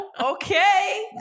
Okay